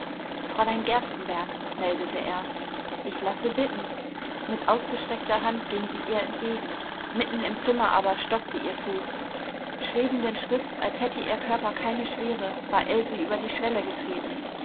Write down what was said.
fräulein gerstenbergk meldete er ich lasse bitten mit ausgestreckter hand ging sie ihr entgegen mitten im zimmer aber stockte ihr fuß schwebenden schritts als hätte ihr körper keine schwere war else über die schwelle getreten